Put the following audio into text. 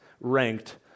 ranked